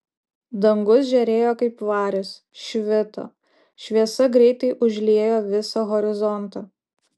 dangus žėrėjo kaip varis švito šviesa greitai užliejo visą horizontą